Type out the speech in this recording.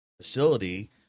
facility